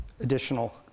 additional